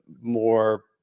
more